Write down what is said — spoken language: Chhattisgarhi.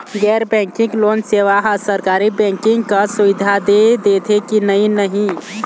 गैर बैंकिंग लोन सेवा हा सरकारी बैंकिंग कस सुविधा दे देथे कि नई नहीं?